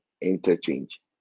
interchange